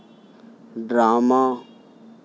drama